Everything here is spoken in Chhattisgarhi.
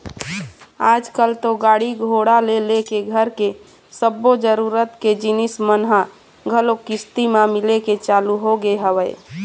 आजकल तो गाड़ी घोड़ा ले लेके घर के सब्बो जरुरत के जिनिस मन ह घलोक किस्ती म मिले के चालू होगे हवय